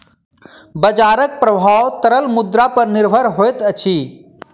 बजारक प्रभाव तरल मुद्रा पर निर्भर होइत अछि